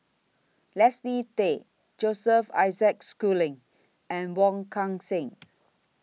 Leslie Tay Joseph Isaac Schooling and Wong Kan Seng